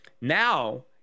now